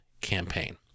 campaign